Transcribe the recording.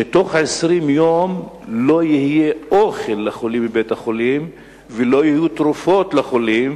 שתוך 20 יום לא יהיה אוכל לחולים בבית-החולים ולא יהיו תרופות לחולים,